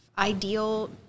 Ideal